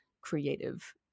creative